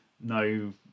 no